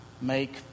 make